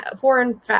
foreign